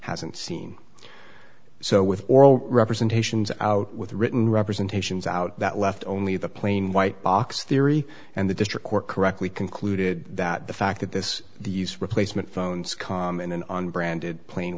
hasn't seen so with oral representations out with written representations out that left only the plain white box theory and the district court correctly concluded that the fact that this these replacement phones come in and on branded plain